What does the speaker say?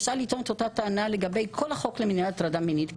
אפשר לטעון את אותה טענה לגבי כל החוק למניעת הטרדה מינית.